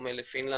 בדומה לפינלנד,